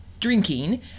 Drinking